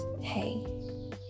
hey